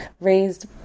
raised